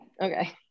Okay